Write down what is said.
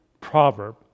proverb